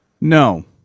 no